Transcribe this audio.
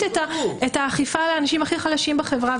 את האכיפה על האנשים הכי חלשים בחברה.